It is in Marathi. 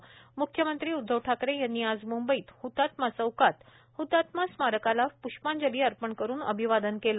म्ख्यमंत्री उध्दव ठाकरे यांनी आज मुंबईत हतात्मा चौकात हतात्मा स्मारकाला प्ष्पांजली अर्पण करून अभिवादन केलं